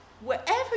wherever